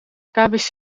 kbc